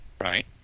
right